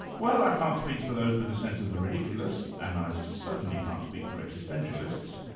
well i can't speak for those with a sense of the ridiculous and i certainly can't speak for existentialists,